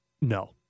No